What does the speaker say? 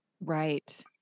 right